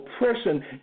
oppression